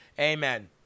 Amen